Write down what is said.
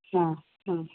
ആ ആ